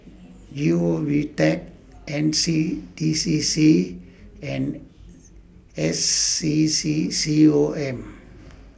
G O Vtech N C D C C and S C C C O M